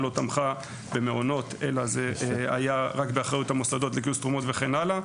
לא תמכה במעונות אלא זה היה רק באחריות המוסדות לגייס תרומות וכן הלאה.